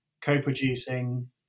co-producing